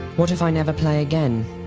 what if i never play again